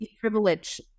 privilege